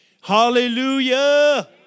Hallelujah